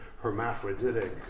hermaphroditic